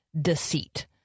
deceit